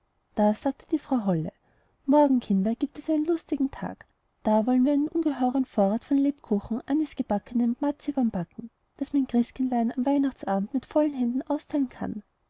da sagte die frau holle morgen kinder gibt es einen lustigen tag da wollen wir einen ungeheuren vorrat von lebkuchen anisgebacknem und marzipan backen daß mein christkindlein am weihnachtsabend mit vollen händen austeilen kann